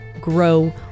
grow